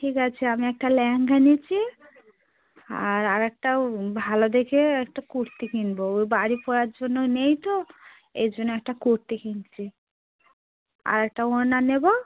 ঠিক আছে আমি একটা লেহেঙ্গা নিচ্ছি আর আরেকটাও ভালো দেখে একটা কুর্তি কিনবো ও বাড়ি পরার জন্য নেই তো এই জন্য একটা কুর্তি কিনছি আর একটা ওড়না নেবো